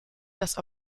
das